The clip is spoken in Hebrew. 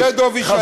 שדה-דב יישאר.